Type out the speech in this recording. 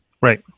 Right